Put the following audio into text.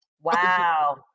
Wow